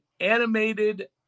Animated